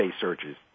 searches